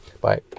Bye